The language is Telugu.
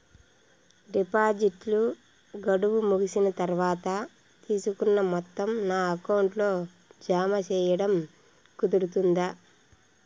డిపాజిట్లు గడువు ముగిసిన తర్వాత, తీసుకున్న మొత్తం నా అకౌంట్ లో జామ సేయడం కుదురుతుందా?